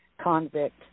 convict